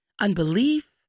unbelief